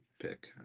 pick